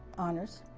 honors.